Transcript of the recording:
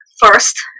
First